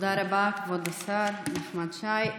תודה רבה, כבוד השר נחמן שי.